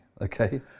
Okay